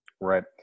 Right